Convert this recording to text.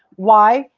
why?